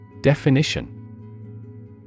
Definition